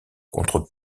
contre